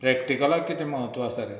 प्रेक्टिकलाक कितें म्हत्व आसा रे